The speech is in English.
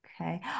okay